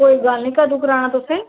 कोई गल्ल नेई करी ओड़गे आना कुत्थै